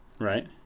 Right